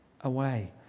away